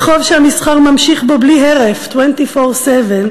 רחוב שהמסחר ממשיך בו בלי הרף, 24/7,